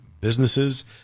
businesses